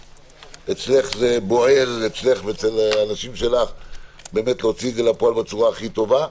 יודע שאצלך ואצל האנשים שלך זה בוער להוציא את זה לפועל בצורה הכי טובה.